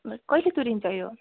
कहिले तुरिन्छ यो